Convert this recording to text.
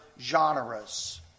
genres